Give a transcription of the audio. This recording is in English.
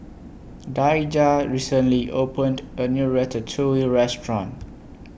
Daijah recently opened A New Ratatouille Restaurant